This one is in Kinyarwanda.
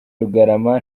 rugarama